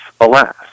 alas